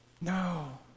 No